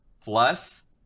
plus